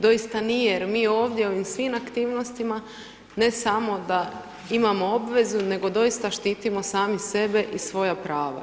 Doista nije, jer mi ovdje u ovim svim aktivnostima ne samo da imamo obvezu nego doista štitimo sami sebe i svoja prava.